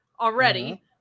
already